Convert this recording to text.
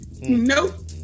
Nope